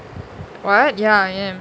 what ya I am